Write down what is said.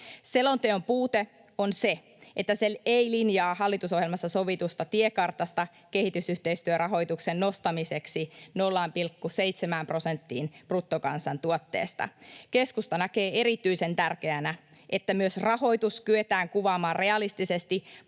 Selonteon puute on se, että se ei linjaa hallitusohjelmassa sovitusta tiekartasta kehitysyhteistyörahoituksen nostamiseksi 0,7 prosenttiin bruttokansantuotteesta. Keskusta näkee erityisen tärkeänä, että myös rahoitus kyetään kuvaamaan realistisesti,